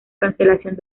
cancelación